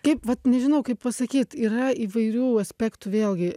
kaip vat nežinau kaip pasakyt yra įvairių aspektų vėlgi